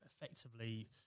effectively